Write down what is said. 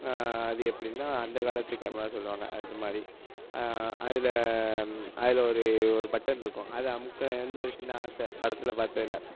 அது எப்படின்னா அந்த காலத்து கேமரானு சொல்லுவாங்கள் அது மாதிரி அதில் அதில் ஒரு ஒரு பட்டன் இருக்கும் அது அமுக்க வந்து ஒரு சின்ன ஆசை படத்தில் பார்த்ததுல